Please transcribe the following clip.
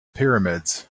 pyramids